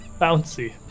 Bouncy